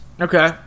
Okay